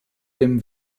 dem